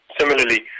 Similarly